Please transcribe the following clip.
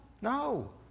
no